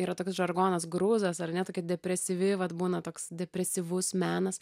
yra toks žargonas gruzas ar ne tokia depresyvi vat būna toks depresyvus menas